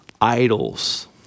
idols